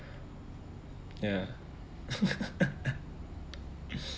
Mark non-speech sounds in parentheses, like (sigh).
ya (laughs)